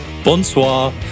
bonsoir